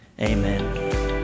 amen